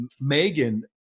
megan